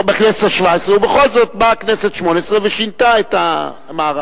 ובכל זאת באה הכנסת השמונה-עשרה ושינתה את המערך.